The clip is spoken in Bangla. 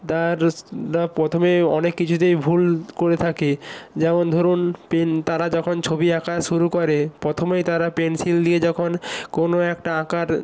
তার প্রথমেই অনেক কিছুতেই ভুল করে থাকে যেমন ধরুন পেন তারা যখন ছবি আঁকা শুরু করে প্রথমেই তারা পেন্সিল দিয়ে যখন কোনো একটা আঁকার